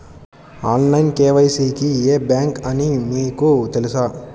Online KYC కి ఏ bank అని మీకు తెలుసా?